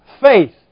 faith